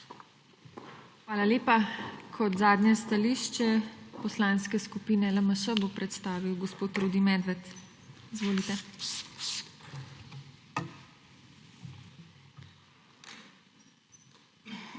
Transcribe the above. Hvala lepa. Kot zadnje stališče Poslanske skupine LMŠ bo predstavil gospod Rudi Medved. Izvolite.